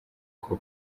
uko